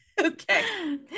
Okay